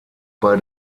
bei